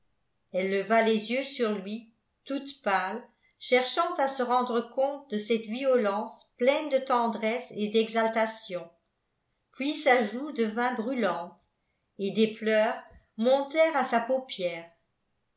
elle leva les yeux sur lui toute pâle cherchant à se rendre compte de cette violence pleine de tendresse et d'exaltation puis sa joue devint brûlante et des pleurs montèrent à sa paupière